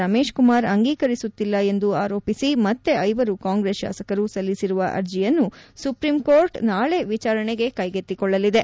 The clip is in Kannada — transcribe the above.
ರಮೇಶ್ ಕುಮಾರ್ ಅಂಗೀಕರಿಸುತ್ತಿಲ್ಲ ಎಂದು ಆರೋಪಿಸಿ ಮತ್ತೆ ಐವರು ಕಾಂಗ್ರೆಸ್ ಶಾಸಕರು ಸಲ್ಲಿಸಿರುವ ಅರ್ಜಿಯನ್ನು ಸುಪ್ರೀಂಕೋರ್ಟ್ ನಾಳೆ ವಿಚಾರಣೆಗೆ ಕೈಗೆತ್ತಿಕೊಳ್ಳಲಿದೆ